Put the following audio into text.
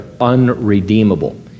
unredeemable